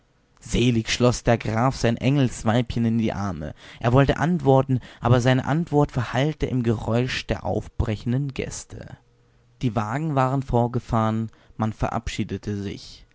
selig schloß der graf sein engelsweibchen in die arme er wollte antworten aber seine antwort verhallte im geräusch der aufbrechenden gäste die wagen waren vorgefahren man verabschiedete sich